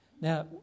Now